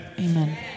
Amen